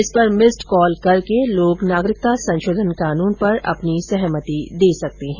इस पर missed call करके लोग नागरिकता संशोधन कानून पर अपनी सहमति दे सकते हैं